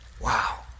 Wow